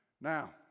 Now